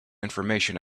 information